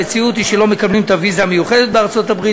המציאות היא שלא מקבלים את הוויזה המיוחדת בארצות-הברית,